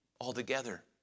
altogether